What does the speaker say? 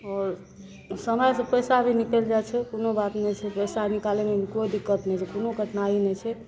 आओर समयसँ पैसा भी निकलि जाइ छै कोनो बात नहि छै पैसा निकालयमे भी कोइ दिक्कत नहि छै कोनो कठिनाइ नहि छै